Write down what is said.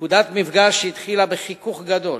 נקודת מפגש שהתחילה בחיכוך גדול